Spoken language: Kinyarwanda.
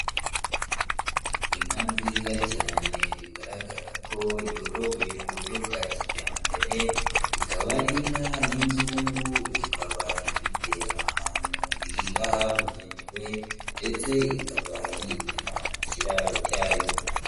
Inka nziza cyane bigaragara ko yorowe mu buryo bwa kijyambere, ikaba ari inka y'inzungu, ikaba ifite ahantu irira habugenewe, ndetse ikaba yibera mu kiraro cyayo.